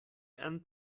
and